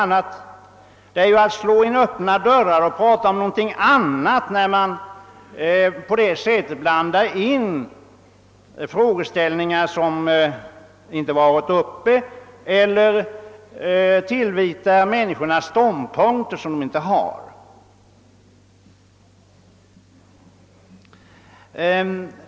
Att i diskussionen på detta sätt blanda in frågeställningar som inte varit uppe till behandling är att slå in öppna dörrar, och dessutom tillvitar man människorna ståndpunkter som de inte intar.